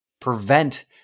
prevent